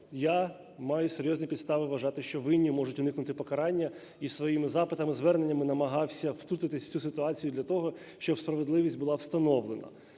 я маю серйозні підстави вважати, що винні можуть уникнути покарання, і своїми запитами, і зверненнями намагався втрутитись в цю ситуацію для того, щоб справедливість була встановлена.